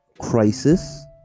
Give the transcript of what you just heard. crisis